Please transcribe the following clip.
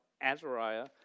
Azariah